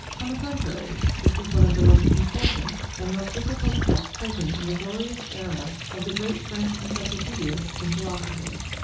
on the contrary, this was one of the most important and most difficult steps taken in the glorious era of the great french encyclo paedists and philosophers.